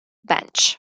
bench